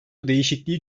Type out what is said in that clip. değişikliği